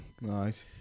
nice